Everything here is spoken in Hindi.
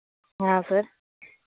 हाँ सर